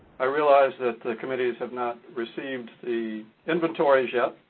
i realize that the committees have not received the inventories yet,